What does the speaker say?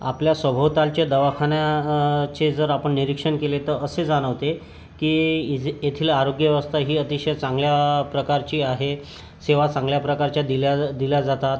आपल्या सभोवतालच्या दवाखान्याचे जर आपण निरीक्षण केले तर असे जाणवते की ये येथील आरोग्यव्यवस्था ही अतिशय चांगल्या प्रकारची आहे सेवा चांगल्या प्रकारच्या दिल्या दिल्या जातात